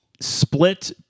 split